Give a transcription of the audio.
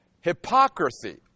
Hypocrisy